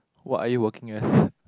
what are you working as